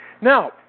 Now